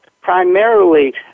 primarily